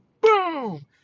boom